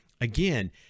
again